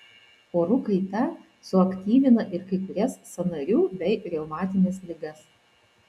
orų kaita suaktyvina ir kai kurias sąnarių bei reumatines ligas